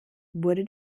wurde